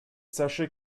sachez